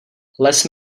les